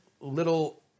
little